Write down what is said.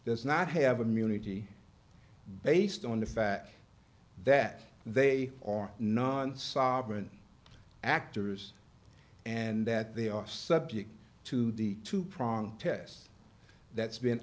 does not have a munity based on the fact that they are not sovereign actors and that they are subject to the two prong tests that's been